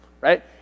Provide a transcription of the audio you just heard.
right